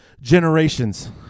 generations